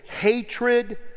hatred